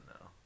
no